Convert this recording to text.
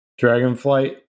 Dragonflight